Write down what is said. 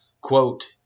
quote